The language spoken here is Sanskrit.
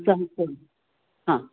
सहस्रं हा